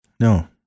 No